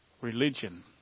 religion